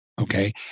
okay